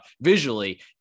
visually